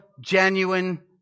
genuine